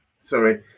Sorry